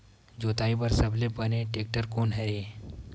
जोताई बर सबले बने टेक्टर कोन हरे?